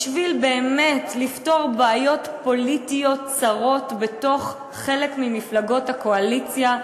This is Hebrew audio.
בשביל באמת לפתור בעיות פוליטיות צרות בתוך חלק ממפלגות הקואליציה,